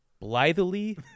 blithely